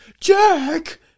Jack